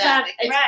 Right